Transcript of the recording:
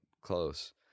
close